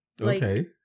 Okay